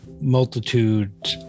multitude